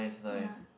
ya